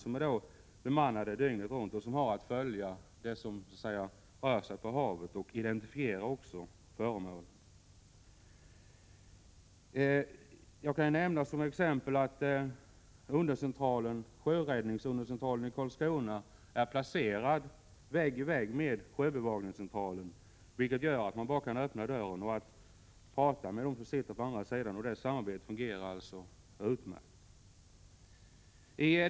Dessa är bemannade dygnet runt och har att följa det som så att säga rör sig på havet och även att identifiera föremål. Som exempel kan nämnas att sjöräddningsundercentralen i Karlskrona är placerad vägg i vägg med sjöbevakningscentralen, vilket gör att man bara kan öppna dörren och prata med dem som sitter i det andra rummet. Detta samarbete fungerar utmärkt.